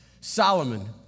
Solomon